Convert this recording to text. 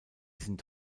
sind